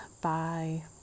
bye